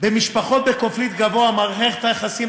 במשפחות בקונפליקט גבוה מערכת היחסים